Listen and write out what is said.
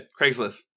Craigslist